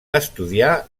estudià